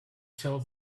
till